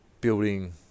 building